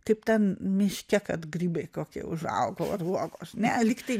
kaip ten miške kad grybai kokie užaugo ar uogos ne lygtai